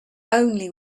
only